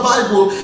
Bible